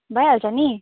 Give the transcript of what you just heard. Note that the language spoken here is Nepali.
भइहाल्छ नि